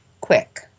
quick